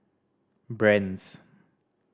brand's